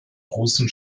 großen